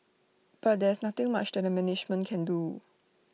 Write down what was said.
but there is nothing much that the management can do